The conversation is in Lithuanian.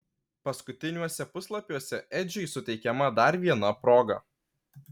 paskutiniuose puslapiuose edžiui suteikiama dar viena proga